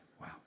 wow